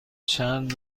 چند